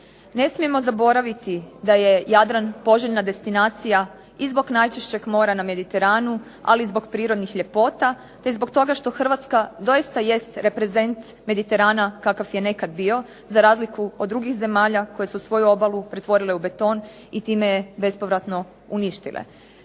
Ne smijemo zaboraviti da je Jadran poželjna destinacija i zbog najčišćeg mora na Mediteranu, ali i zbog prirodnih ljepota te i zbog toga što Hrvatska doista jest reprezent Mediterana kakav je nekad bio, za razliku od drugih zemalja koje su svoju obalu pretvorile u beton i time je bespovratno uništile.